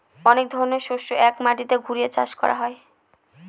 অনেক ধরনের শস্য এক মাটিতে ঘুরিয়ে চাষ করা হয়